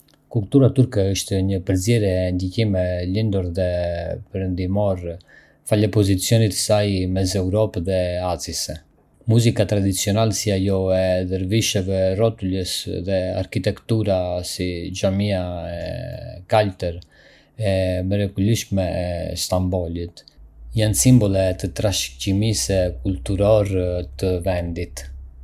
Kultura turke është një përzierje e ndikimeve lindore dhe perëndimore, falë pozicionit të saj mes Evropës dhe Azisë. Muzika tradicionale, si ajo e dervishëve rrotullues, dhe arkitektura, si Xhamia e Kaltër e mrekullueshme e Stambollit, janë simbole të trashëgimisë kulturore të vendit.